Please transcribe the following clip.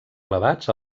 elevats